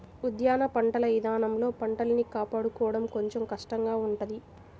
ఉద్యాన పంటల ఇదానంలో పంటల్ని కాపాడుకోడం కొంచెం కష్టంగా ఉంటది